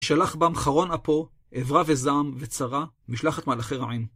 ושלח בה חרון אפו, עברה וזעם, וצרה, משלחת מלאכי רעים.